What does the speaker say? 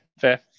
fair